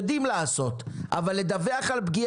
יצמצמו את זה עכשיו פחות,